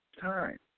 time